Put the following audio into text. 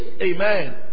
Amen